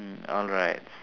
mm alright